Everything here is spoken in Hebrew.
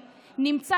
איך הוא נלחם בגופו,